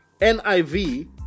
NIV